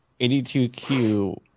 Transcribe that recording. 82Q